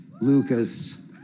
Lucas